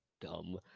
Dumb